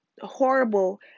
horrible